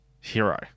hero